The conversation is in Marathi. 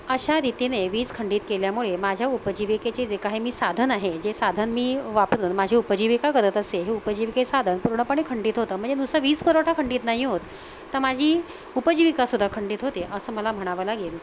अशा रीतीने वीज खंडित केल्यामुळे माझ्या उपजीविकेचे जे काही मी साधन आहे जे साधन मी वापरून माझी उपजीविका करत असे हे उपजीविकेचे साधन पूर्णपणे खंडित होतं म्हणजे नुसता वीज पुरवठा खंडित नाही होत तर माझी उपजीविकासुद्धा खंडित होते असं मला म्हणावं लागेल